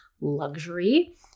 luxury